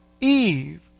Eve